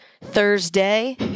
Thursday